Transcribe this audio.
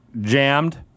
jammed